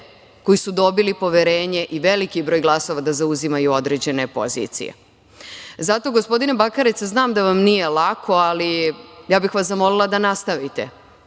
koji su dobili poverenje i veliki broj glasova da zauzimaju određene pozicije. Zato, gospodine Bakarec, znam da vam nije lako, ali ja bih vas zamolila da nastavite